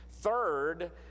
third